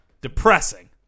Depressing